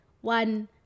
one